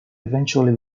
eventually